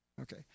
Okay